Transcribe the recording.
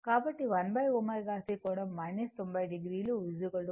కాబట్టి 1 ω C కోణం 90 o j ω C